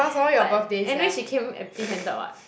but and then she came empty handed [what]